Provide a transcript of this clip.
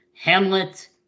Hamlet